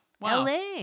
LA